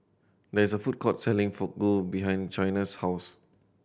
there is a food court selling Fugu behind Chyna's house